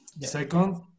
Second